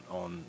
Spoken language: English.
on